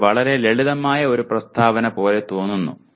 ഇത് വളരെ ലളിതമായ ഒരു പ്രസ്താവന പോലെ തോന്നുന്നു